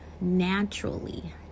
naturally